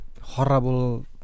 horrible